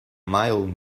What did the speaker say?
mile